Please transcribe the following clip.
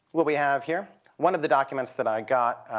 what we have here one of the documents that i got